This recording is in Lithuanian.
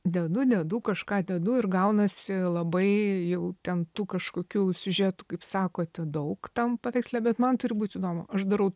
dedu dedu kažką dedu ir gaunasi labai jau ten tų kažkokių siužetų kaip sakote daug tam paveiksle bet man turi būt įdomu aš darau